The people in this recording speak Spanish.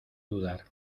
dudar